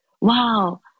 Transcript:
wow